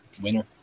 Winner